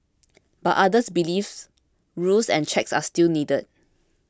but others believes rules and checks are still needed